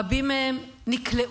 רבים מהם נקלעו,